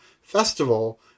festival